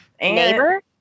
Neighbor